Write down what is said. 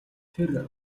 тэр